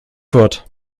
fort